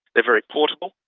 they're very portable,